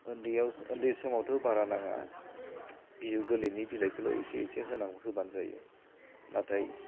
उन्दैयाव उन्दै समावथ' बारा नांङा बिजौ गोरलैनि बिलाइखौल' इसे इसे होबानो जायो नाथाय